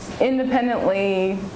independently